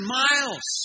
miles